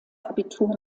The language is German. abitur